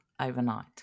overnight